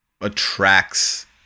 attracts